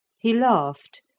he laughed,